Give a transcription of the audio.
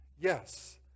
Yes